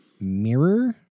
mirror